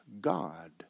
God